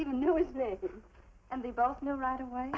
even know his name and they both know right away